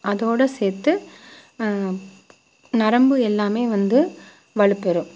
அதோட சேர்த்து நரம்பு எல்லாமே வந்து வலுபெறும்